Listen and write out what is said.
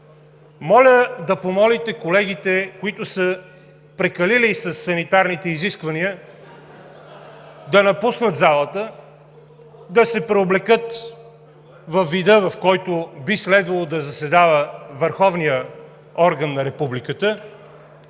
Моля да помолите колегите, които са прекалили със санитарните изисквания, да напуснат залата, да се преоблекат във вида, в който би следвало да заседава върховният орган на републиката,